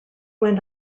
went